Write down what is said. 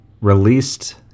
released